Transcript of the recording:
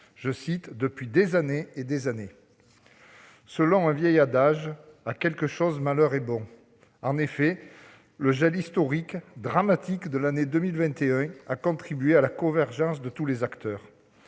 attendu « depuis des années ». Selon un vieil adage, à quelque chose malheur est bon : en effet, le gel historique dramatique de l'année 2021 a contribué à la convergence de tous les acteurs.